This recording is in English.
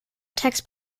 text